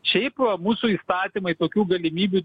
šiaip mūsų įstatymai tokių galimybių